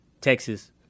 Texas